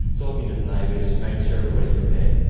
talking to the neighbours, making sure everybody's prepared.